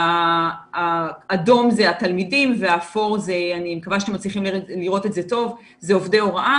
שהאדום זה התלמידים והאפור זה עובדי הוראה.